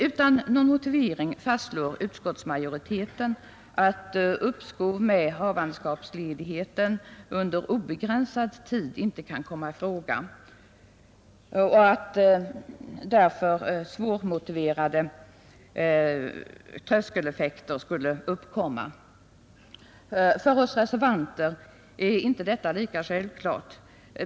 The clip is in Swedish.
Utan någon motivering fastslår utskottsmajoriteten att uppskov med havandeskapsledigheten under obegränsad tid inte kan komma i fråga och att därför svårmotiverade tröskeleffekter skulle uppstå. För oss reservanter är inte detta lika självklart.